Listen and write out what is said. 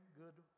good